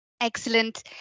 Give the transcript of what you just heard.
Excellent